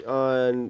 on